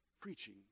Preaching